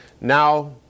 Now